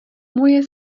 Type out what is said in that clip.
moje